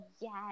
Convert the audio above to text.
yes